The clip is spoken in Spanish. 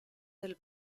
del